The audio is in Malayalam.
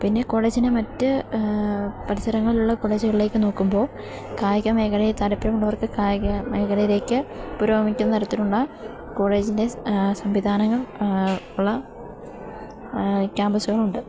പിന്നെ കോളേജിൻ്റെ മറ്റ് പരിസരങ്ങളിലുള്ള കോളേജുകളിലേക്ക് നോക്കുമ്പോൾ കായിക മേഖലയിൽ താൽപര്യമുള്ളവർക്ക് കായിക മേഖലയിലേക്ക് പുരോഗമിക്കുന്ന തരത്തിലുള്ള കോളേജിൻ്റെ സംവിധാനങ്ങൾ ഉള്ള ക്യാമ്പസുകളുണ്ട്